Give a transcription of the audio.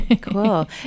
cool